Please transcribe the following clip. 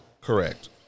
Correct